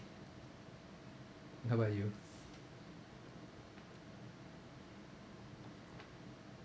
how about you